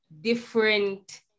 different